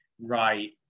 right